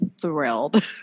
thrilled